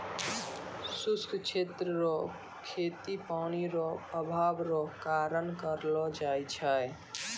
शुष्क क्षेत्र रो खेती पानी रो अभाव रो कारण करलो जाय छै